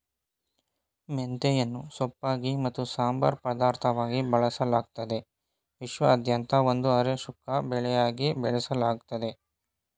ಮೆಂತೆಯನ್ನು ಸೊಪ್ಪಾಗಿ ಮತ್ತು ಸಂಬಾರ ಪದಾರ್ಥವಾಗಿ ಬಳಸಲಾಗ್ತದೆ ವಿಶ್ವಾದ್ಯಂತ ಒಂದು ಅರೆ ಶುಷ್ಕ ಬೆಳೆಯಾಗಿ ಬೆಳೆಸಲಾಗ್ತದೆ